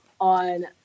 on